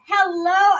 Hello